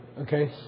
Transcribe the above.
okay